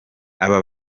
aba